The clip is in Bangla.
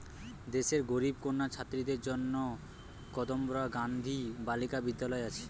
দেশের গরিব কন্যা ছাত্রীদের জন্যে কস্তুরবা গান্ধী বালিকা বিদ্যালয় আছে